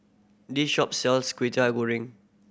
this shop sells Kwetiau Goreng